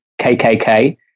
KKK